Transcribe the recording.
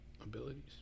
Abilities